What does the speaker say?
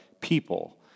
people